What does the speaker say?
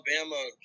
Alabama